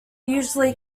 usually